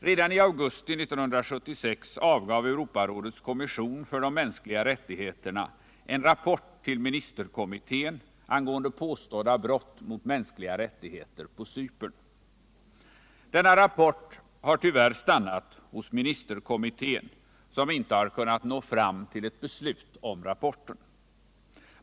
Redan i augusti 1976 avgav Europarådets kommission för de mänskliga rättigheterna en rapport till ministerkommittén angående påstådda brott mot mänskliga rättigheter på Cypern. Denna rapport har tyvärr stannat hos ministerkommittén, som inte har kunnat nå fram till ett beslut om rapporten.